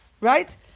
Right